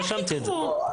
לא, לא,